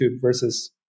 versus